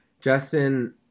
Justin